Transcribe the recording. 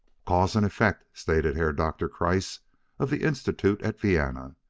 cause and effect! stated herr doktor kreiss of the institute at vienna,